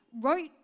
wrote